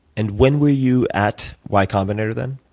and when were you at y combinator, then?